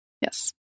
Yes